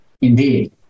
Indeed